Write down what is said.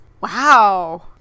Wow